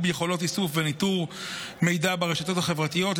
יכולות של איסוף וניטור מידע ברשתות החברתיות,